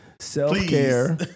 Self-care